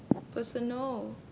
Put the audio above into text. personal